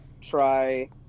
try